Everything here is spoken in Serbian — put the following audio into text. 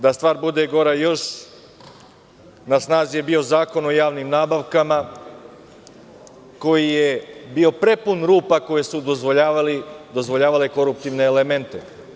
Da stvar bude još gora, na snazi je bio Zakon o javnim nabavkama koji je bio prepun rupa koje su dozvoljavale koruptivne elemente.